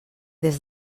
des